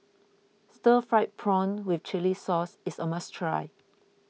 Stir Fried Prawn with Chili Sauce is a must try